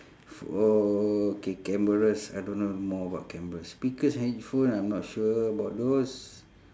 for okay cameras I don't know more about cameras speakers and headphone I'm not sure about those